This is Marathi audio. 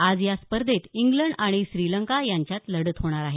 आज या स्पर्धेत इंग्लंड आणि श्रीलंका यांच्यात लढत होणार आहे